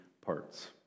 parts